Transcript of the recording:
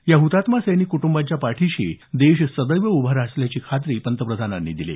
या हुतात्मा सैनिक कुटुंबांच्या पाठीशी देश सदैव उभा असल्याची खात्री पंतप्रधानांनी दिली